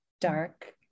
dark